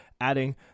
adding